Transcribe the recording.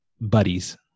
buddies